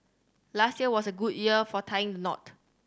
last year was a good year for tying the knot